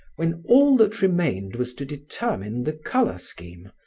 when all that remained was to determine the color scheme,